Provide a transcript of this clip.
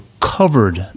covered